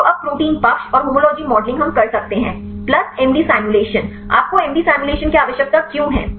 तो अब प्रोटीन पक्ष और होमोलॉजी मॉडलिंग हम कर सकते हैं प्लस एमडी सिमुलेशन आपको एमडी सिमुलेशन की आवश्यकता क्यों है